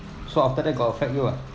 so after that got affect you ah